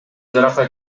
жарака